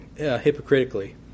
hypocritically